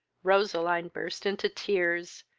roseline burst into tears,